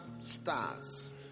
stars